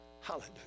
Hallelujah